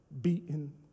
beaten